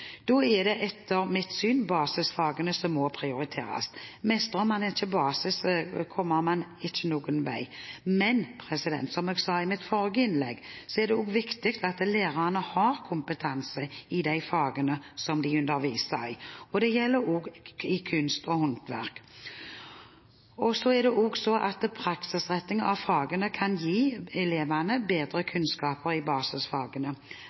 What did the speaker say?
det etter mitt syn basisfagene som må prioriteres. Mestrer man ikke basisfagene, kommer man ikke noen vei. Men – som jeg sa i mitt forrige innlegg – det er også viktig at lærerne har kompetanse i de fagene de underviser i, og det gjelder også i kunst og håndverk. Det er også sånn at praksisretting av fagene kan gi elevene bedre kunnskaper i basisfagene.